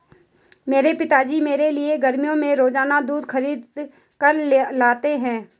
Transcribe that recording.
मेरे पिताजी मेरे लिए गर्मियों में रोजाना दूध खरीद कर लाते हैं